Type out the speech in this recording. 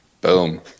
Boom